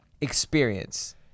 experience